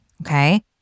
Okay